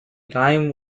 time